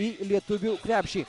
į lietuvių krepšį